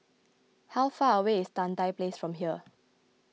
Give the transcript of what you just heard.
how far away is Tan Tye Place from here